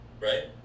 right